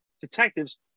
detectives